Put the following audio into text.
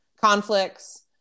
conflicts